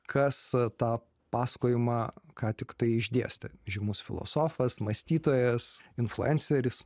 kas tą pasakojimą ką tiktai išdėstė žymus filosofas mąstytojas influenceris